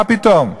מה פתאום?